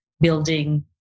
building